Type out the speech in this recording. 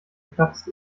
geplatzt